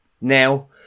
Now